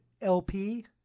LP